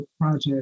project